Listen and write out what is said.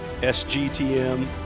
SGTM